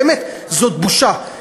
באמת, זאת בושה.